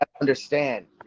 understand